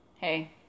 Hey